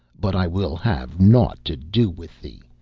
but i will have nought to do with thee,